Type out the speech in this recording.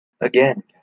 Again